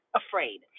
afraid